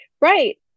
Right